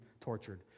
tortured